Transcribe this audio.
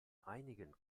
einigen